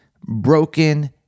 Broken